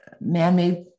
man-made